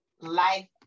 Life